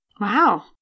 wow